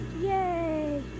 Yay